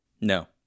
No